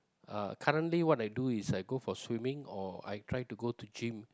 uh currently what I do is I go for swimming or I try to go to gym